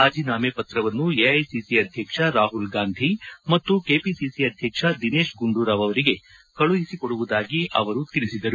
ರಾಜೀನಾಮೆ ಪತ್ರವನ್ನು ಎಐಸಿಸಿ ಆಧ್ಯಕ್ಷ ರಾಹುಲ್ ಗಾಂಧಿ ಮತ್ತು ಕೆಪಿಸಿಸಿ ಅಧ್ಯಕ್ಷ ದಿನೇಶ್ ಗುಂಡೂರಾವ್ ಅವರಿಗೆ ಕಳುಹಿಸಿಕೊಡುವುದಾಗಿ ಅವರು ತಿಳಿಸಿದರು